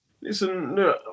Listen